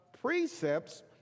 precepts